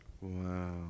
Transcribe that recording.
Wow